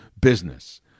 business